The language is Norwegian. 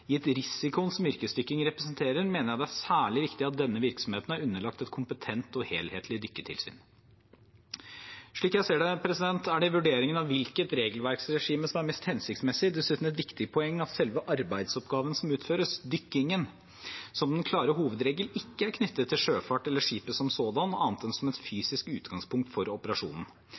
risikoen som yrkesdykking representerer, mener jeg det er særlig viktig at denne virksomheten er underlagt et kompetent og helhetlig dykketilsyn. Slik jeg ser det, er det i vurderingen av hvilket regelverksregime som er mest hensiktsmessig, dessuten et viktig poeng at selve arbeidsoppgaven som utføres – dykkingen – som den klare hovedregel ikke er knyttet til sjøfart eller skipet som sådant annet enn som et fysisk utgangspunkt for operasjonen.